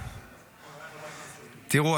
תראו,